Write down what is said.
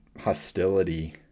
hostility